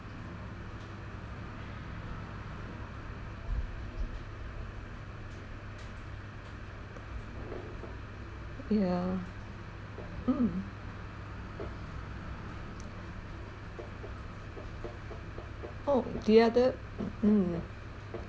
yeah mm oh the other mm